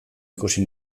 ikusi